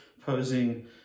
posing